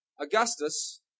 Augustus